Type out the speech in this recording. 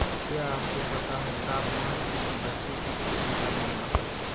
क्या आपको पता है तापमान किसी वस्तु की उष्णता की माप है?